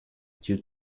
due